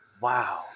wow